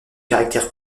caractère